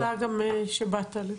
תודה גם שבאת לפה.